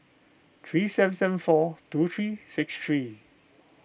three seven seven four two three six three